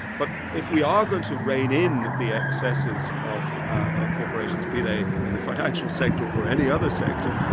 but if we are going to rein in the excesses of ah corporations, be they in the financial sector or any other sector,